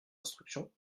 instructions